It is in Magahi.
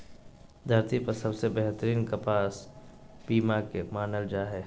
धरती पर सबसे बेहतरीन कपास पीमा के मानल जा हय